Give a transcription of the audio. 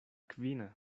kvina